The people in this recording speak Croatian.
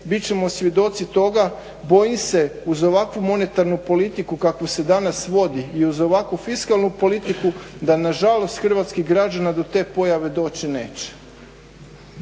ćemo svjedoci toga. Bojim se uz ovakvu monetarnu politiku kakva se danas vodi i uz ovakvu fiskalnu politiku da nažalost hrvatskih građana do te pojave doći neće.